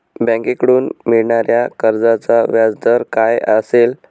बँकेकडून मिळणाऱ्या कर्जाचा व्याजदर काय असेल?